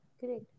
correct